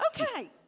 Okay